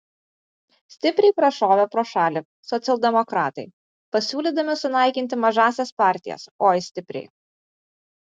stipriai prašovė pro šalį socialdemokratai pasiūlydami sunaikinti mažąsias partijas oi stipriai